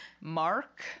Mark